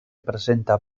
presenta